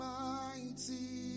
mighty